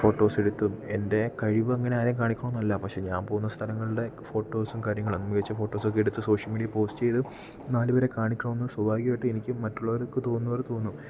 photos എടുത്തും എൻ്റെ കഴിവ് അങ്ങനെ ആരെയും കാണിക്കണം എന്നല്ല പക്ഷെ ഞാൻ പോകുന്ന സ്ഥലങ്ങളുടെ ഫോട്ടോസും കാര്യങ്ങളും മികച്ച ഫോട്ടോസ് ഒക്കെ എടുത്ത് സോഷ്യൽ മീഡിയെ പോസ്റ്റ് ചെയ്ത് നാല് പേരെ കാണിക്കണമെന്ന് സ്വഭാവികമായിട്ട് എനിക്ക് മറ്റുള്ളവർക്ക് തോന്നുന്നപോലെ തോന്നും